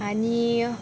आनी